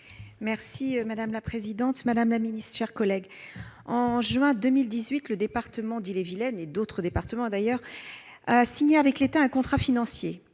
Madame la présidente, madame la ministre, mes chers collègues, en juin 2018, le département d'Ille-et-Vilaine, comme d'autres départements, a signé avec l'État un contrat financier,